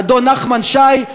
אדון נחמן שי,